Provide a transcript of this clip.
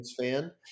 fan